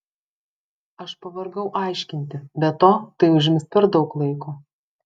aš pavargau aiškinti be to tai užims per daug laiko